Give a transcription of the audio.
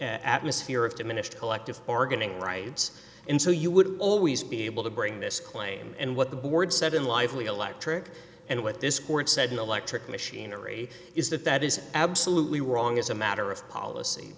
atmosphere of diminished collective bargaining rights and so you would always be able to bring this claim and what the board said in lively electric and what this court said no electric machinery is that that is absolutely wrong as a matter of policy